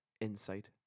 Insight